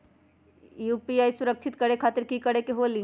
UPI सुरक्षित करे खातिर कि करे के होलि?